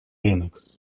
рынок